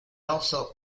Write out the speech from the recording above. also